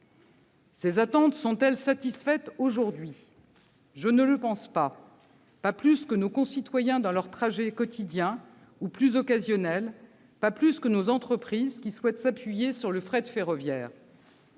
Ces attentes sont-elles satisfaites aujourd'hui ? Je ne le pense pas, pas plus que nos concitoyens dans leurs trajets quotidiens ou plus occasionnels, pas plus que nos entreprises qui souhaitent s'appuyer sur le fret ferroviaire.